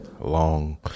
long